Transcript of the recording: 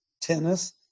tennis